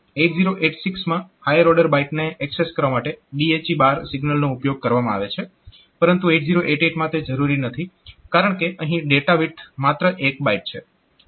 8086 માં higher order બાઈટને access કરવા માટે BHE સિગ્નલનો ઉપયોગ કરવામાં આવે છે પરંતુ 8088 માં તે જરૂરી નથી કારણકે અહીં ડેટા વિડ્થ માત્ર 1 બાઈટ છે